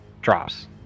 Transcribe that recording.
drops